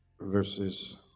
verses